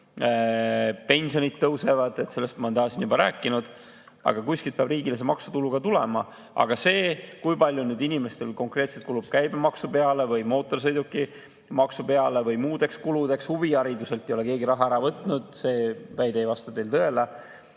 pensionid tõusevad – sellest ma olen siin juba rääkinud –, aga kuskilt peab riigile maksutulu tulema. See, kui palju inimestel konkreetselt kulub käibemaksu peale või mootorsõidukimaksu peale või muudeks kuludeks – huvihariduselt ei ole keegi raha ära võtnud, see väide ei vasta tõele